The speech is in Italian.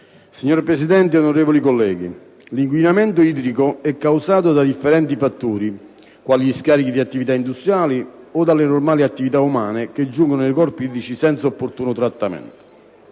Signor Presidente, onorevoli colleghi, l'inquinamento idrico è causato da differenti fattori, quali gli scarichi di attività industriali o delle normali attività umane che giungono nei corpi idrici senza opportuno trattamento.